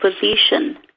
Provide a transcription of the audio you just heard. position